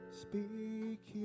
speak